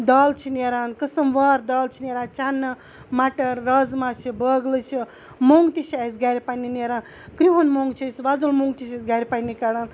دال چھِ نیران قٕسٕم وار دال چھِ نیران چَنہٕ مٹر رازما چھِ بٲگلہٕ چھِ موٚنٛگ تہِ چھِ اَسہِ گَرِ پنٛنہِ نیران کِرٛہُن موٚنٛگ چھِ اَسہِ وۄزُل موٚنٛگ تہِ چھِ اَسہِ گَرِ پنٛنہِ کڑان